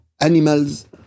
animals